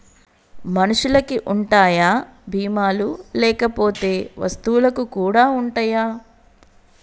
మనుషులకి ఉంటాయా బీమా లు లేకపోతే వస్తువులకు కూడా ఉంటయా?